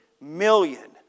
million